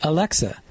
Alexa